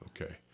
Okay